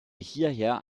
hierher